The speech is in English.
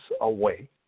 away